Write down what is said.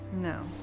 No